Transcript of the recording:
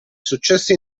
successi